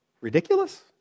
Ridiculous